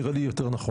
זה נראה לי יותר נכון.